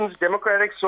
democratic